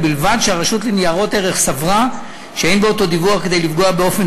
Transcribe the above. ובלבד שהרשות לניירות ערך סברה שאין באותו דיווח כדי לפגוע באופן